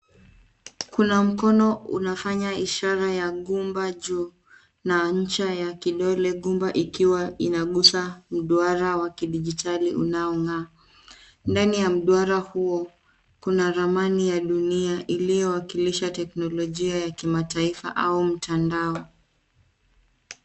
Kuna mkono unafanya ishara ya gumba juu na ncha ya kidole gumba ikiwa inagusa duara wa kidijitali unaong'aa. Ndani ya duara huo kuna ramani ya dunia iliyowakilisha teknolojia ya kimataifa au mtandao.